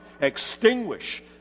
extinguish